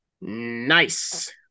Nice